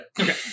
Okay